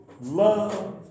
love